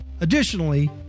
Additionally